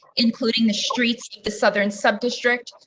including the streets, the southern sub district.